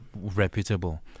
reputable